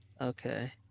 Okay